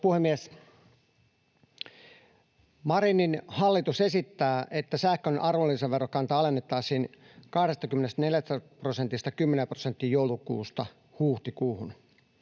Arvoisa puhemies! Marinin hallitus esittää, että sähkön arvonlisäverokanta alennettaisiin 24 prosentista kymmeneen prosenttiin joulukuusta huhtikuuhun.